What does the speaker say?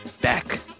back